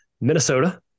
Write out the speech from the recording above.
Minnesota